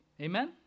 amen